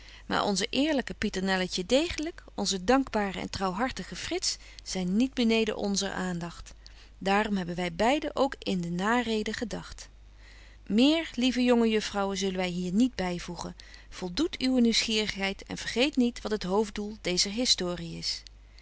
maar onze eerlyke pieternelletje degelyk onze dankbare en trouwhartige frits zyn niet beneden onzen aandagt daarom hebben wy beide ook in de nareden gedagt meer lieve jonge juffrouwen zullen wy hier niet byvoegen voldoet uwe nieuwsgierigheid en vergeet niet wat het hoofddoel deezer historie is